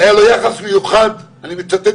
"היה לו יחס מיוחד ל-ט'